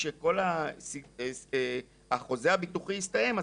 כשכל החוזה הביטוחי יסתיים,